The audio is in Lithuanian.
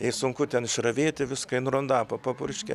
jai sunku ten išravėti viską rondapo papurškė